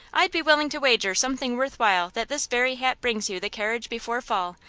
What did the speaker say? i'd be willing to wager something worth while that this very hat brings you the carriage before fall,